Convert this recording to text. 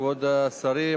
כבוד השרים,